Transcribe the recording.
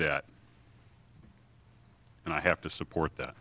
that and i have to support that